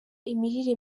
imirire